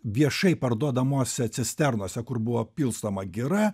viešai parduodamose cisternose kur buvo pilstoma gira